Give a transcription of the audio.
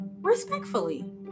respectfully